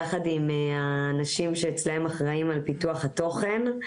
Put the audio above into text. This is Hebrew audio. יחד עם אנשים שאחראים על פיתוח התוכן.